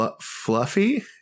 Fluffy